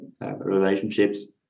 relationships